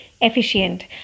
Efficient